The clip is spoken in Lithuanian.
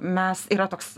mes yra toks